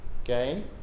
okay